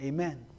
Amen